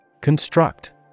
Construct